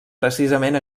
precisament